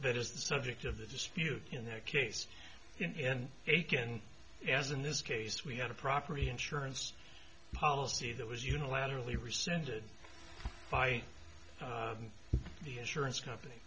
that is the subject of the dispute in that case in aiken as in this case we had a property insurance policy that was unilaterally rescinded by the insurance company